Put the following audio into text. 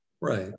Right